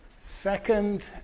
second